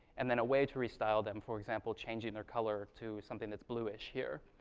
and then a way to restyle them for example, changing their color to something that's bluish here.